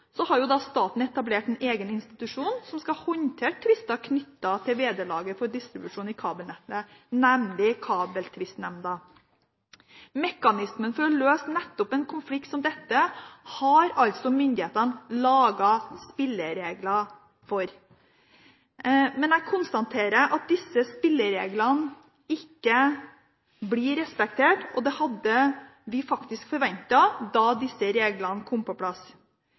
har staten etablert en egen institusjon som skal håndtere tvister knyttet til vederlaget for distribusjon i kabelnettet, nemlig Kabeltvistnemnda. Mekanismen for å løse nettopp en konflikt som dette har altså myndighetene laget spilleregler for. Men jeg konstaterer at disse spillereglene ikke blir respektert, og det hadde vi faktisk forventet da disse reglene kom på plass.